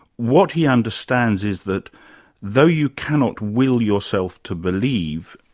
what he understands is that though you cannot will yourself to believe,